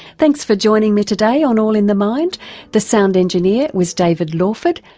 thanks for joining me today on all in the mind the sound engineer was david lawford,